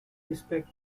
respect